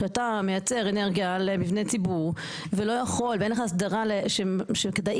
כשאתה מייצר אנרגיה למבני ציבור ואין לך אסדרה שכדאית